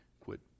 quit